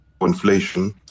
inflation